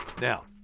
now